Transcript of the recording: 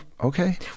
okay